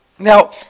Now